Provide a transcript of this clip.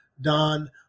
Don